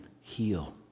heal